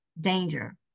danger